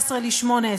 מ-17 ל-18.